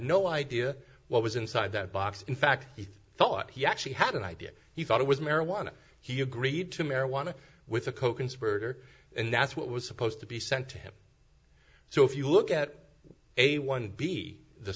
no idea what was inside that box in fact he thought he actually had an idea he thought it was marijuana he agreed to marijuana with a coconspirator and that's what was supposed to be sent to him so if you look at a one be the